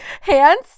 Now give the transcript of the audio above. hands